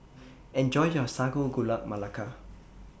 Enjoy your Sago Gula Melaka